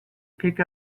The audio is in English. pick